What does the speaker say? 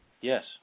Yes